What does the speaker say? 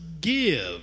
give